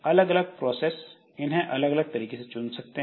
अलग अलग प्रोसेस इनहैं अलग अलग तरीके से चुन सकते हैं